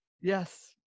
Yes